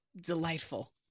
Delightful